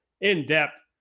in-depth